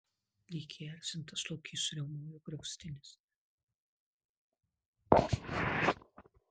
lyg įerzintas lokys suriaumojo griaustinis